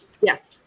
Yes